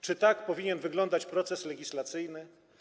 Czy tak powinien wyglądać proces legislacyjny?